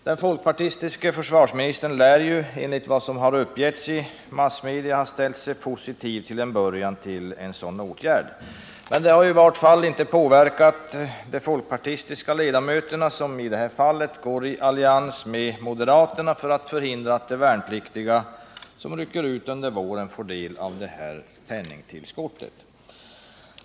Den folkpanistiske försvarsministern lär enligt vad som har uppgivits i massmedia ha ställt sig positiv till en början till en sådan åtgärd, men det har i vart fall inte påverkat de folkpartistiska utskottsledamöterna, som i det här fallet går i allians med moderaterna för att förhindra att de värnpliktiga som rycker ut under våren får del av penningtillskottet.